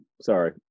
sorry